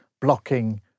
blocking